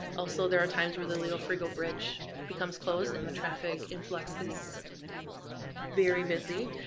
also, there are times where the leo frigo bridge becomes closed, and the traffic influx is very busy,